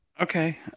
okay